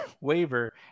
waiver